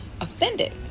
offended